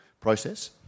process